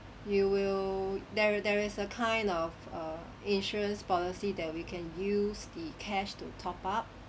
you will there there is a kind of err insurance policy that we can use the cash to top up